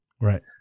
right